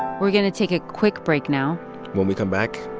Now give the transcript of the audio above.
we're going to take a quick break now when we come back,